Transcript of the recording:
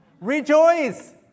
rejoice